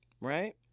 right